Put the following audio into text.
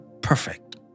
perfect